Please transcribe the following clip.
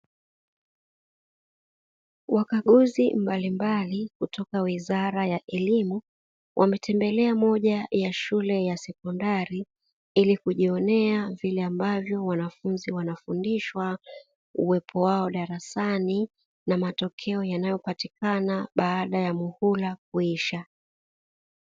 Wakaguzi mbalimbali kutoka wizara ya elimu, wametembelea moja ya shule ya sekondari, ili kujionena vile ambavyo wanafunzi wanafundishwa, uwepo wao darasani na matokeo yanayopatikana baada ya muhula kuisha.